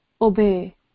obey